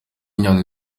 nyandwi